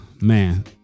man